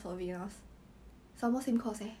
no